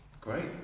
Great